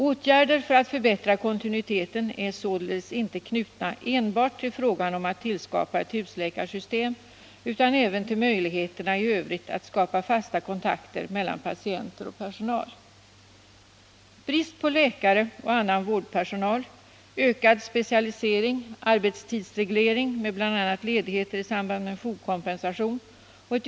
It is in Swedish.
Åtgärder för att förbättra kontinuiteten är således inte knutna enbart till frågan om att tillskapa ett husläkarsystem utan även till möjligheterna i övrigt att skapa fasta kontakter mellan patienter och personal.